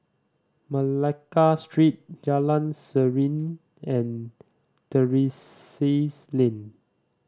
Malacca Street Jalan Serene and Terrasse Lane